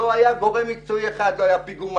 לא היה גורים מקצועי אחד לא פיגומאי,